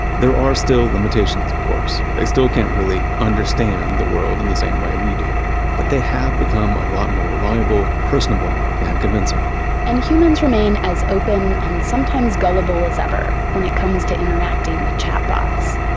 there are still limitations, of course. they still can't really understand the world in the same way we do, but they have become a lot more reliable, personable and convincing and humans remain as open and sometimes gullible as ever when it comes to interacting with chatbots.